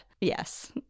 Yes